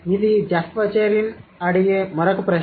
ఇది Jeff Wacherin అడిగే మరొక ప్రశ్న